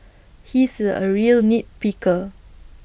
he is A real nit picker